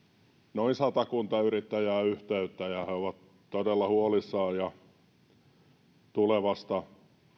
noin satakunta yrittäjää yhteyttä ja he ovat todella huolissaan tulevasta